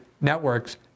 networks